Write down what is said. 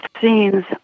scenes